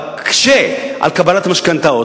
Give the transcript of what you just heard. מקשה על קבלת המשכנתאות.